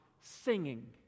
singing